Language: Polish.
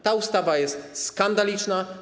Ta ustawa jest skandaliczna.